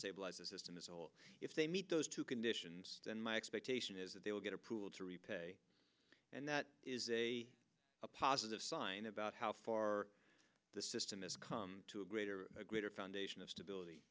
stabilize the system is or if they meet those two conditions then my expectation is that they will get approval to repay and that is a positive sign about how far the system is to a greater a greater foundation of stability